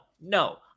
no